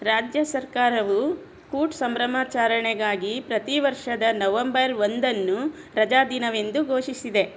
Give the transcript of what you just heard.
ರಾಜ್ಯ ಸರ್ಕಾರವು ಕುಟ್ ಸಂಭ್ರಮಾಚರಣೆಗಾಗಿ ಪ್ರತಿ ವರ್ಷದ ನವಂಬರ್ ಒಂದನ್ನು ರಜಾ ದಿನವೆಂದು ಘೋಷಿಸಿದೆ